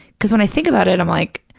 because when i think about it, i'm like,